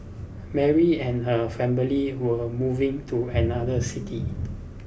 Mary and her family were moving to another city